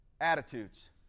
Attitudes